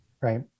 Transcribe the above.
right